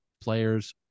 players